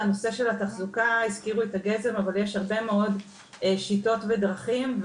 הנושא של התחזוקה יש הרבה מאוד שיטות ודרכים.